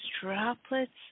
droplets